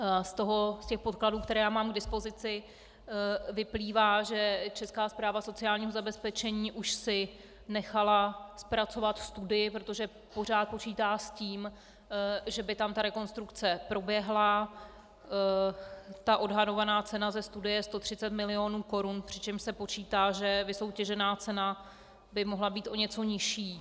Z podkladů, které mám k dispozici, vyplývá, že Česká správa sociálního zabezpečení už si nechala zpracovat studii, protože pořád počítá s tím, že by rekonstrukce proběhla, odhadovaná cena ze studie je 130 milionů korun, přičemž se počítá, že vysoutěžená cena by mohla být o něco nižší.